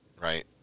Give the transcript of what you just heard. right